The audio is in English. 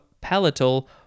palatal